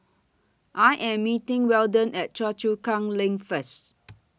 I Am meeting Weldon At Choa Chu Kang LINK First